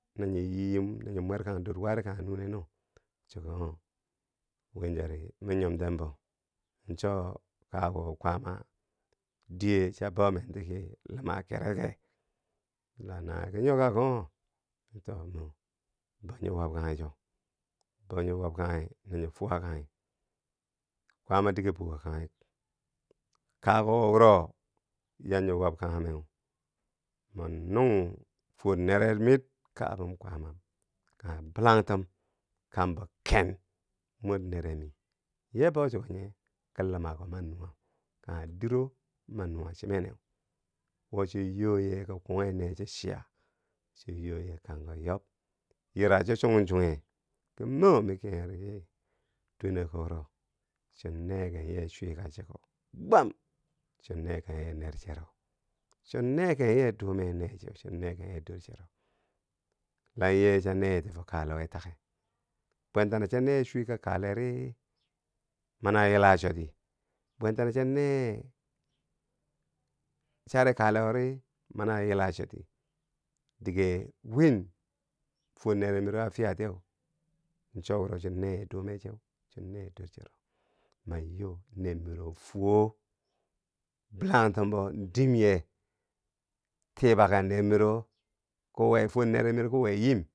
Na nyo yii yim na nyo mwerkang dor kanghe nune no, cho ki on wentari ma nyomten bo cho kakuko kwaama, diye cha bomenti ki, luma kereke, la nawiye ki nyoka ki on ki too mo bou nyo wabkanghi cho, bou nyo wabkanghi na nyo fuwakanghi kwaama digger buka kangher, kakuko wuro yaa wabkanghume min nung fwor neret mir kabum kwaamam kanghe bilangtum kambo ƙen mor nere mi ye bo chiko ye, ki lumako ma nuwa kanghe diro ma nuwa chine neu wo cho yoo ye ki kunnghe nee chi chiya chi yoo ye kangko yob yira cho chungchunghe ki mo miki e- e- ny ki dweneko wuro chon neken ye chwika cheko gwam, chon neken ye ner chero chon neken ye dume nee cheu chon neken ye dor chero, la ye cha neye ti fo kalewo take, bwentano cha neye chweka kalekri mania yila choti, bwentano cha neye chari kalekwori mari a yila choti dige win fwor neret miro a fiya tiyeu cho wuro chouneye dume cheu chon neye dor chero, man yo ner miro fwo bilangtumbo dimye, tibaka ner miro kiwe, fwor ner miro ki we yim.